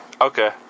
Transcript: Okay